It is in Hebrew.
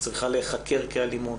היא צריכה להיחקר כאלימות